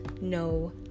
no